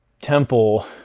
Temple